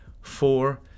four